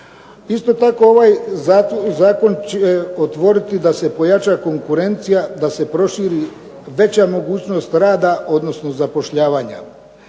Isto tako, ovaj zakon će otvoriti da se pojača konkurencija, da se proširi veća mogućnost rada odnosno zapošljavanja.